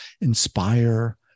inspire